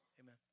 Amen